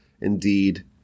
indeed